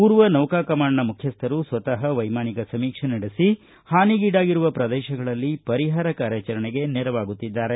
ಪೂರ್ವ ನೌಕಾ ಕಮಾಂಡ್ನ ಮುಖ್ಯಸ್ಥರು ಸ್ವತಃ ವೈಮಾನಿಕ ಸಮೀಕ್ಷೆ ನಡೆಸಿ ಹಾನಿಗೀಡಾಗಿರುವ ಪ್ರದೇಶಗಳಲ್ಲಿ ಪರಿಹಾರ ಕಾರ್ಯಾಚರಣೆಗೆ ನೆರವಾಗುತ್ತಿದ್ದಾರೆ